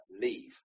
leave